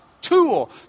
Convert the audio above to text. tool